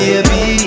Baby